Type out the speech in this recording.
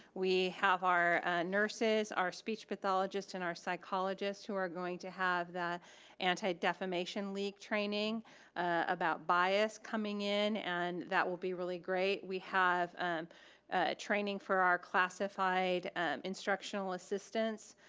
we have our nurses, our speech pathologists and our psychologist who are going to have the anti defamation league training about bias coming in and that will be really great. we have training for our classified instructional assistants,